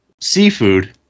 seafood